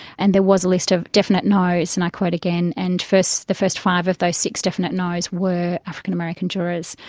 and there was a list of definite nos, and i quote again, and the first five of those six definite nos were african american jurors.